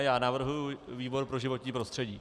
Já navrhuji výbor pro životní prostředí.